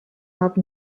love